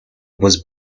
was